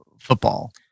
football